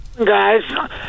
guys